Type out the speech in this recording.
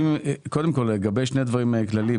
קודם כל לגבי שני דברים כלליים.